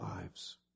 lives